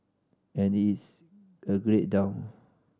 and it's a great town